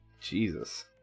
Jesus